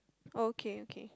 okay okay